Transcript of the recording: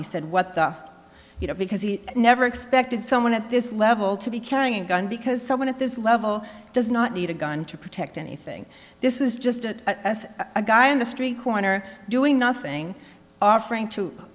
he said what you know because he never expected someone at this level to be carrying a gun because someone at this level does not need a gun to protect anything this is just as a guy on the street corner doing nothing offering to